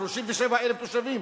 37,000 תושבים,